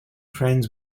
friends